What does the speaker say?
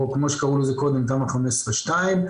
או כמו שקראו לזה קודם תמ"א 15/ 2,